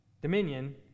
dominion